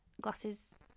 glasses